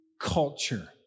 culture